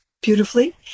beautifully